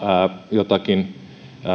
jotakin